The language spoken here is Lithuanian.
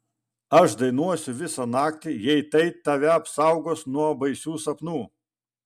aš dainuosiu visą naktį jei tai tave apsaugos nuo baisių sapnų